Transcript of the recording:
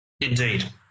Indeed